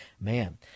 man